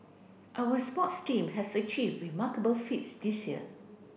our sports team has achieved remarkable feats this year